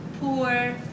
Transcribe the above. poor